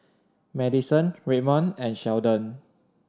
Maddison Redmond and Sheldon